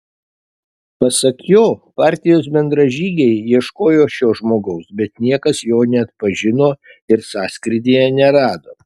pasak jo partijos bendražygiai ieškojo šio žmogaus bet niekas jo neatpažino ir sąskrydyje nerado